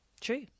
true